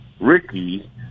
ricky